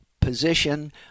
position